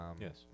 Yes